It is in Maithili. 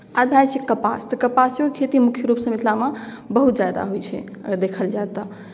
आओर भए जाइ छै कपास तऽ कपासोके खेती मुख्य रूपसँ मिथिलामे बहुत ज्यादा होइ छै अगर देखल जाय तऽ